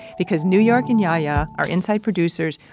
because new york and yahya, our inside producers,